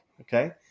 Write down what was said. okay